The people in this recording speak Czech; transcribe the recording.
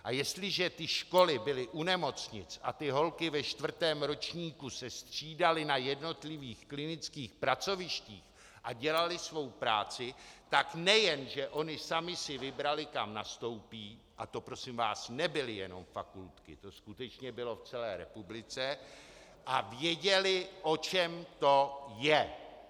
A jestliže školy byly u nemocnic a holky ve čtvrtém ročníku se střídaly na jednotlivých klinických pracovištích a dělaly svou práci, tak nejenže ony samy si vybraly, kam nastoupí, a to prosím vás nebyly jednom fakultky, to skutečně bylo v celé republice, ale věděly, o čem to je.